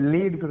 Lead